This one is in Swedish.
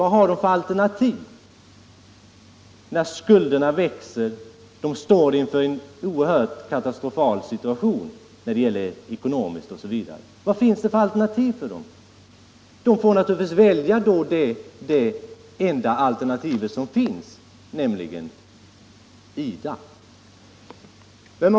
Vad har de för alternativ, när skulderna växer och de står inför en katastrofal situation. De får naturligtvis välja det enda som finns, nämligen IDA.